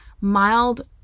mild